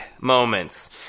moments